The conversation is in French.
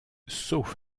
sauf